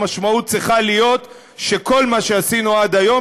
המשמעות צריכה להיות שכל מה שעשינו עד היום,